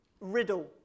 riddle